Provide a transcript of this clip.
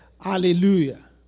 Hallelujah